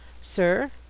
Sir